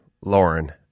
Lauren